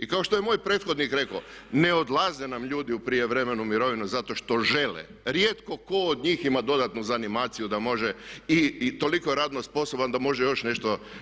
I kao što je moj prethodnik rekao ne odlaze nam ljudi u prijevremenu mirovinu zato što žele, rijetko tko od njih ima dodatnu zanimaciju da može i toliko je radno sposoban da može još